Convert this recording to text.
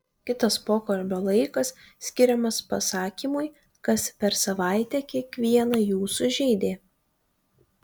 kitas pokalbio laikas skiriamas pasakymui kas per savaitę kiekvieną jūsų žeidė